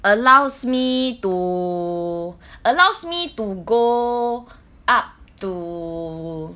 allows me to allows me to go up to